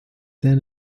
then